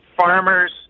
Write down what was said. farmers